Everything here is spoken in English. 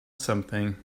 something